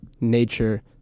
nature